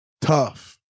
Tough